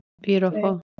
beautiful